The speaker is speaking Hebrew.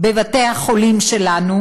בבתי-החולים שלנו,